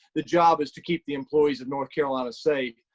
the job is to keep the employees in north carolina safe.